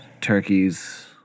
turkeys